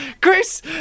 Chris